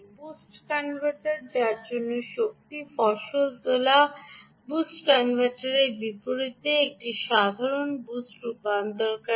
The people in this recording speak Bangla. বুস্ট কনভার্টার যার জন্য শক্তি ফসল তোলা বুস্ট কনভার্টারের বিপরীতে একটি সাধারণ বুস্ট রূপান্তরকারী